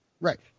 right